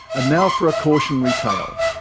ah now for a cautionary tale.